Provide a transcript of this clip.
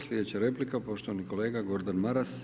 Slijedeća replika poštovani kolega Gordan Maras.